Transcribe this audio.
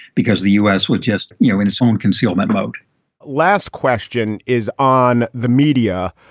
because the u s. would just, you know, in its own concealment mode last question is on the media.